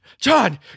John